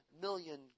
million